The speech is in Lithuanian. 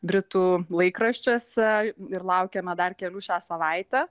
britų laikraščiuose ir laukiame dar kelių šią savaitę